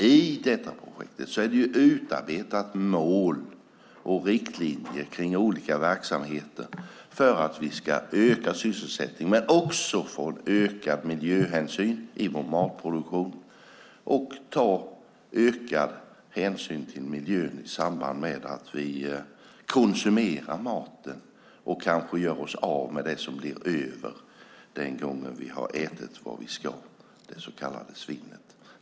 I projektet finns utarbetat mål och riktlinjer för olika verksamheter för att vi ska öka sysselsättningen, få en ökad miljöhänsyn i vår matproduktion och ta ökad hänsyn till miljön i samband med att vi konsumerar maten och gör oss av med det som blir över när vi har ätit vad vi ska, det så kallade svinnet.